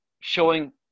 showing